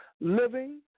living